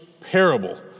parable